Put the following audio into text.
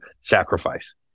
sacrifice